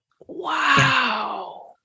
Wow